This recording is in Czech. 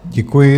Děkuji.